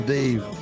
Dave